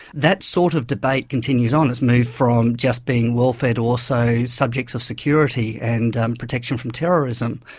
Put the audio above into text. that sort of debate continues on. it's moved from just being welfare to also subjects of security and protection from terrorism.